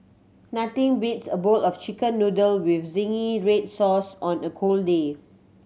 nothing beats a bowl of Chicken Noodle with zingy red sauce on a cold day